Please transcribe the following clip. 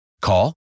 Call